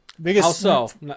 Biggest